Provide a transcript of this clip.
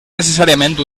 necessàriament